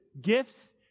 gifts